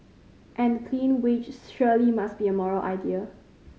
and clean wage surely must be a moral idea